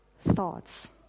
thoughts